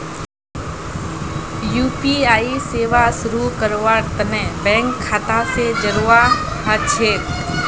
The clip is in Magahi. यू.पी.आई सेवा शुरू करवार तने बैंक खाता स जोड़वा ह छेक